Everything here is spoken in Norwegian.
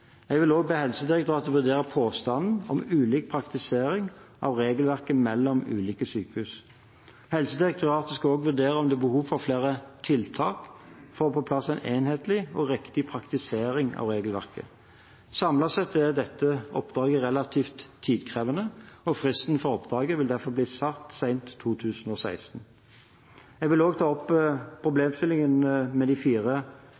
Jeg vil også be Helsedirektoratet vurdere påstandene om ulik praktisering av regelverket mellom ulike sykehus. Helsedirektoratet skal også vurdere om det er behov for flere tiltak for å få på plass en enhetlig og riktig praktisering av regelverket. Samlet sett er dette oppdraget relativt tidkrevende, og fristen for oppdraget vil derfor bli satt til sent i 2016. Jeg vil også ta opp problemstillingen med de fire